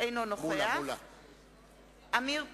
אינו נוכח עמיר פרץ,